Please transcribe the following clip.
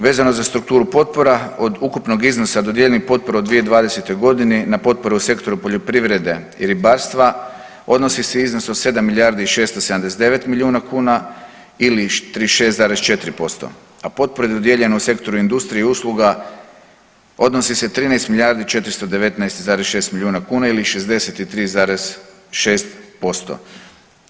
Vezano za strukturu potpora od ukupnog iznosa dodijeljenih potpora u 2020.g. na potporu u sektoru poljoprivrede i ribarstva odnosi se iznos od 7 milijardi i 679 milijuna kuna ili 36,4%, a potpore dodijeljene u sektoru industrija i usluga odnosi se 13 milijardi 419,6 milijuna kuna ili 63,6%